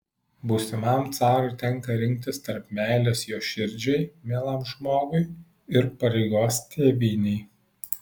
būsimam carui tenka rinktis tarp meilės jo širdžiai mielam žmogui ir pareigos tėvynei